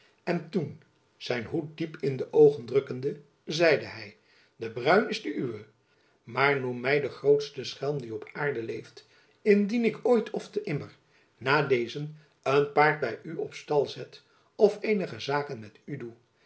en toen zijn hoed diep in de oogen drukkende zeide hy de bruin is de uwe maar noem my den grootsten schelm die op aarde leeft indien ik ooit ofte immer nadezen een paard by u op stal zet of eenige zaken met u doe